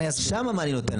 שם מה אני נותן להם?